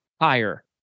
higher